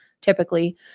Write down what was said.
typically